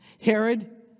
Herod